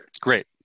Great